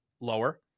lower